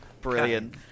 Brilliant